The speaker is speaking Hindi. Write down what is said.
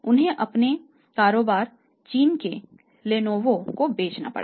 उन्हें अपना कारोबार चीन के लेनोवो को बेचना पड़ा